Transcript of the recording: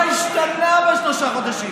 מה השתנה בשלושה חודשים?